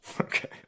okay